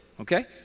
okay